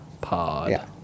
pod